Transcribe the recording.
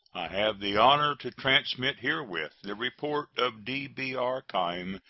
have the honor to transmit herewith the report of d b r. keim,